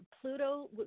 Pluto